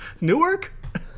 Newark